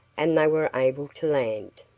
and they were able to land.